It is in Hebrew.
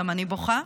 גם אני בוכה.